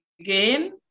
again